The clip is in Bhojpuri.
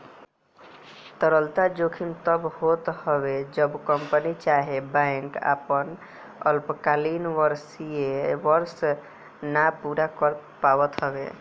तरलता जोखिम तब होत हवे जब कंपनी चाहे बैंक आपन अल्पकालीन वित्तीय वर्ष ना पूरा कर पावत हवे